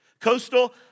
Coastal